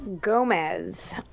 Gomez